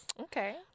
Okay